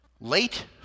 late